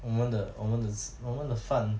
我们的我们的吃我们的饭